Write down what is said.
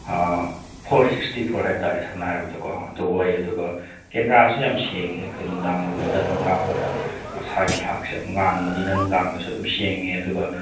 four sixty four ꯍꯥꯏꯕ ꯇꯥꯔꯦ ꯁꯝꯅ ꯍꯥꯏꯔꯕꯗꯀꯣ ꯑꯗꯨ ꯑꯣꯏ ꯑꯗꯨꯒ ꯀꯦꯃꯦꯔꯥꯁꯨ ꯌꯥꯝ ꯁꯦꯡꯉꯦ ꯑꯩꯈꯣꯏ ꯅꯨꯡꯗꯥꯡꯒꯨꯝꯕꯗ ꯑꯗꯨꯝ ꯀꯥꯞꯄꯗ ꯃꯁꯥꯒꯤ ꯐ꯭ꯂꯥꯛꯁ ꯌꯥꯝ ꯉꯥꯟꯕꯅꯤꯅ ꯅꯨꯡꯗꯥꯡꯗꯁꯨ ꯑꯗꯨꯝ ꯁꯦꯡꯉꯦ ꯑꯗꯨꯒ